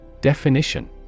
Definition